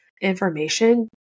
information